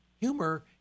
humor